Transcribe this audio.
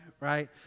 right